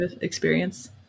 experience